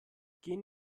gehen